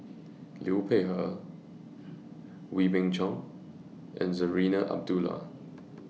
Liu Peihe Wee Beng Chong and Zarinah Abdullah